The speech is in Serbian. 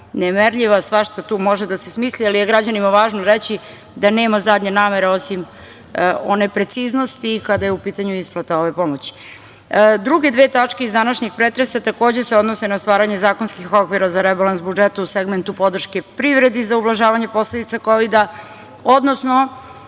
nemerljiva, svašta tu može da se smisli, ali je građanima važno reći da nema zadnje namere osim one preciznosti kada je u pitanju isplata ove pomoći. Druge dve tačke iz današnjeg pretresa takođe se odnose na stvaranje zakonskih okvira za rebalans budžeta u segmentu podrške privredi za ublažavanje posledica Kovida, odnosno